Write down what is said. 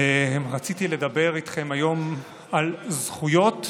רציתי לדבר איתכם היום על זכויות,